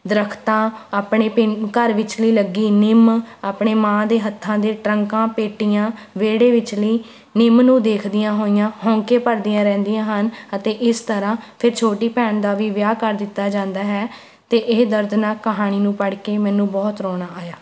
ਦਰੱਖਤਾਂ ਆਪਣੇ ਪਿੰ ਘਰ ਵਿਚਲੀ ਲੱਗੀ ਨਿੰਮ ਆਪਣੇ ਮਾਂ ਦੇ ਹੱਥਾਂ ਦੇ ਟਰੰਕਾਂ ਪੇਟੀਆਂ ਵਿਹੜੇ ਵਿਚਲੀ ਨਿੰਮ ਨੂੰ ਦੇਖਦੀਆਂ ਹੋਈਆਂ ਹੋਂਕੇ ਭਰਦੀਆਂ ਰਹਿੰਦੀਆਂ ਹਨ ਅਤੇ ਇਸ ਤਰ੍ਹਾਂ ਫਿਰ ਛੋਟੀ ਭੈਣ ਦਾ ਵੀ ਵਿਆਹ ਕਰ ਦਿੱਤਾ ਜਾਂਦਾ ਹੈ ਅਤੇ ਇਹ ਦਰਦਨਾਕ ਕਹਾਣੀ ਨੂੰ ਪੜ੍ਹ ਕੇ ਮੈਨੂੰ ਬਹੁਤ ਰੋਣਾ ਆਇਆ